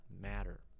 matter